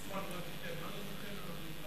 תגיד מה תיתן.